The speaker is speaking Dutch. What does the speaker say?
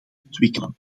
ontwikkelen